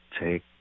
take